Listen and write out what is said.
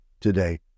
today